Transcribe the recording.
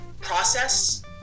process